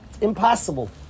Impossible